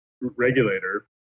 regulator